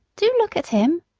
do look at him.